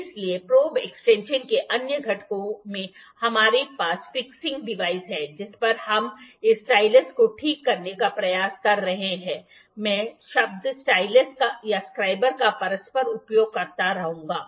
इसलिए probe extension के अन्य घटकों में हमारे पास फिक्सिंग डिवाइस है जिस पर हम इस स्टाइलस को ठीक करने का प्रयास कर रहे हैं मैं शब्द स्टाइलस या स्क्राइबर का परस्पर उपयोग करता रहूंगा